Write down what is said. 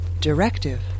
Directive